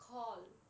call